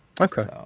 okay